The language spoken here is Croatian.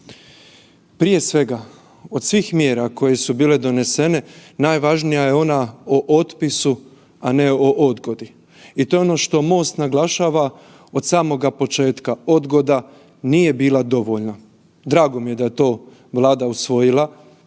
Prije svega, od svih mjera koje su bile donesene, najvažnija je ona o otpisu, a ne o odgodi i to je ono što MOST naglašava od samoga početka, odgoda nije bila dovoljna. Drago mi je da je to Vlada usvojila.